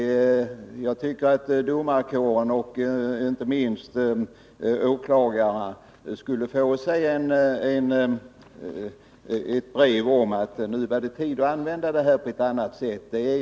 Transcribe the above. Jag tror att domarkåren och inte minst åklagarna borde få ett brev om att nu är det tid att använda strafföreläggande på ett annat sätt än hittills.